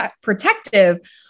protective